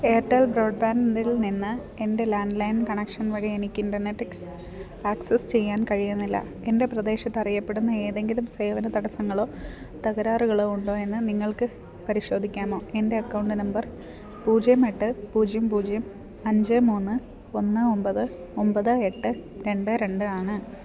Airtel ബ്രോഡ്ബാൻഡില് നിന്ന് എൻ്റെ ലാൻഡ്ലൈൻ കണക്ഷൻ വഴി എനിക്ക് ഇൻ്റെർനെറ്റ് ആക്സസ് ചെയ്യാൻ കഴിയുന്നില്ല എൻ്റെ പ്രദേശത്തറിയപ്പെടുന്ന ഏതെങ്കിലും സേവന തടസ്സങ്ങളോ തകരാറുകളോ ഉണ്ടോയെന്ന് നിങ്ങൾക്ക് പരിശോധിക്കാമോ എൻ്റെ അക്കൗണ്ട് നമ്പർ പൂജ്യം എട്ട് പൂജ്യം പൂജ്യം അഞ്ച് മൂന്ന് ഒന്ന് ഒമ്പത് ഒമ്പത് എട്ട് രണ്ട് രണ്ട് ആണ്